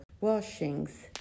washings